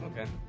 Okay